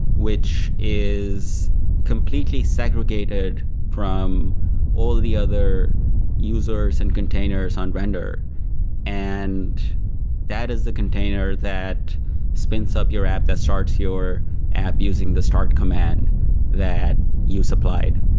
which is completely segregated from all the other users and containers on render and that is the container that spins up your app that starts your app using the start command that you supplied.